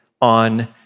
on